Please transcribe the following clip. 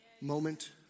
moment